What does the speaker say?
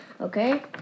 Okay